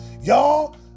Y'all